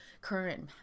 current